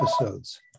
Episodes